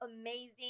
amazing